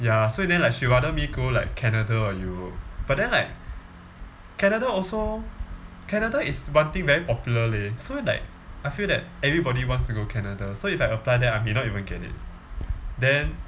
ya so in the end like she rather me go like canada or europe but then like canada also canada is one thing very popular leh so like I feel that everybody wants to go canada so if I apply there I may not even get it then